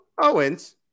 Owens